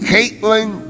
Caitlyn